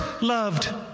loved